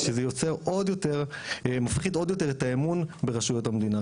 זה שזה יוצר עוד יותר מפחיד עוד יותר את האמון ברשויות המדינה,